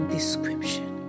description